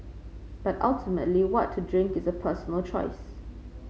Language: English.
but ultimately what to drink is a personal choice